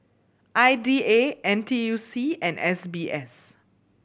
I D A N T U C and S B S